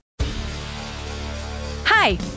Hi